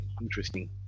interesting